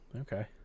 okay